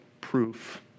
proof